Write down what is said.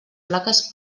plaques